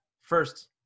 first